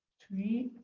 three.